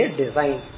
design